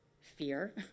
fear